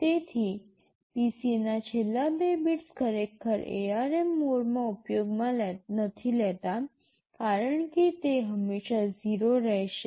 તેથી PC ના છેલ્લા બે બિટ્સ ખરેખર ARM મોડમાં ઉપયોગમાં નથી લેતા કારણ કે તે હંમેશાં 0 રહેશે